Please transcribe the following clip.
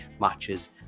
matches